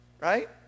right